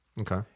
Okay